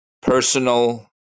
personal